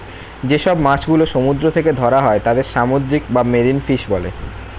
যে সব মাছ গুলো সমুদ্র থেকে ধরা হয় তাদের সামুদ্রিক বা মেরিন ফিশ বলে